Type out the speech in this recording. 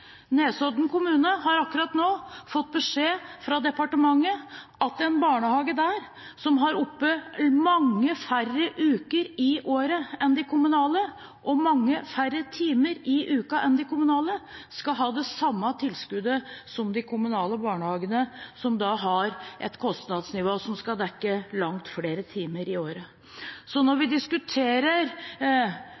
Nesodden kommune har akkurat nå fått beskjed fra departementet om at en barnehage der som har åpent mange færre uker i året enn de kommunale og mange færre timer i uka enn de kommunale, skal ha det samme tilskuddet som de kommunale barnehagene, som da har et kostnadsnivå som skal dekke langt flere timer i året. Så når vi